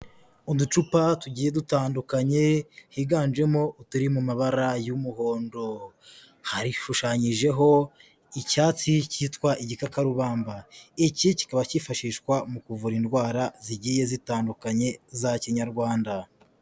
Uducupa tugiye dutandukanye, higanjemo uturi mu mabara y'umuhondo, hashushanyijeho icyatsi cyitwa igikakarubamba, iki kikaba cyifashishwa mu kuvura indwara zigiye zitandukanye za Kinyarwanda.